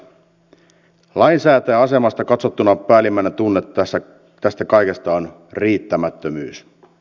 lainsäätäjän asemasta katsottuna päällimmäinen tunne tästä kaikesta on riittämättömyys